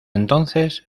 entonces